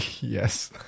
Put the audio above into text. Yes